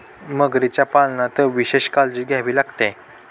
मगरीच्या पालनात विशेष काळजी घ्यावी लागते